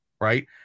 right